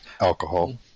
Alcohol